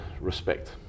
respect